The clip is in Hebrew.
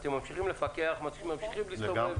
אתם ממשיכים לפקח, ממשיכים להסתובב.